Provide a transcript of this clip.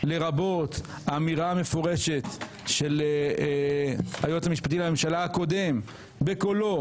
לרבות אמירה מפורשת של היועץ המשפטי לממשלה הקודם בקולו